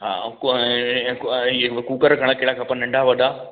हा कूकर घणा कहिड़ा खपनि नंढा वॾा